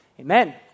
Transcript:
amen